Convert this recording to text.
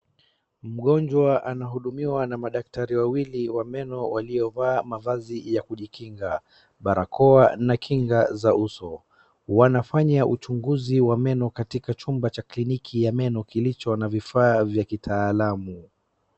Mgonjwa anahudumiwa na madaktari wawili wa meno waliovaa mavazi ya kujikinga, barakoa na kinga za uso, wanafanya uchunguzi wa meno katika chumba cha kliniki ya eno kilicho na vifaa vya kitaalamu.